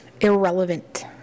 irrelevant